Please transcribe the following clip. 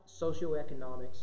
socioeconomics